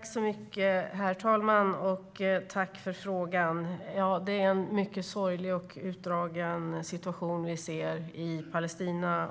Herr talman! Tack för frågan, Erik Bengtzboe! Ja, det är en mycket sorglig och utdragen situation vi ser i Palestina.